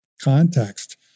context